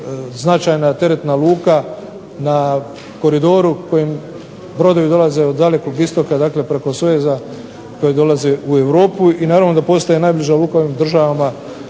značajna teretna luka na koridoru kojim brodovi dolaze od dalekog istoka, dakle preko sveza koji dolazi u Europu i naravno da postaje najbliža luka ovim državama